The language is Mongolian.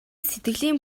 сэтгэлийн